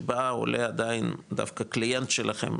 שבה העולה עדיין דווקא קליינט שלכם,